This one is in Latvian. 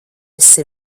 esi